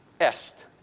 est